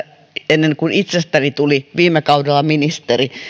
ennen kuin itsestäni tuli viime kaudella ministeri